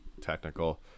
technical